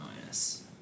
minus